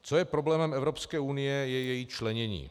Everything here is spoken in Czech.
Co je problémem Evropské unie, je její členění.